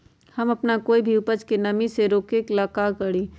हम अपना कोई भी उपज के नमी से रोके के ले का करी?